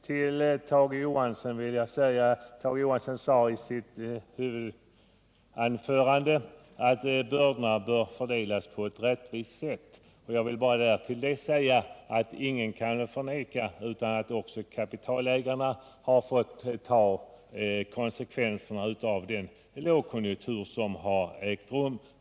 Tage Johansson sade i sitt huvudanförande att bördorna bör fördelas på ett rättvist sätt. Därtill vill jag bara säga att ingen kan förneka att också kapitalägarna har fått ta konsekvenserna av den lågkonjunktur som har rått.